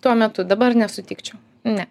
tuo metu dabar nesutikčiau ne